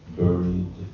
buried